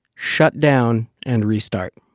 shut down, and restart.